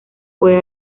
puede